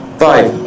five